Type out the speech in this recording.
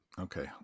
Okay